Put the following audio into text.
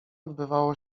odbywało